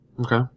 Okay